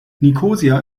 nikosia